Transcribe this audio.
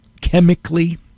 chemically